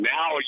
Now